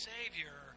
Savior